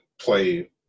play